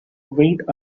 wait